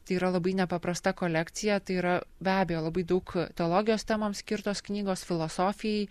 tai yra labai nepaprasta kolekcija tai yra be abejo labai daug teologijos temoms skirtos knygos filosofijai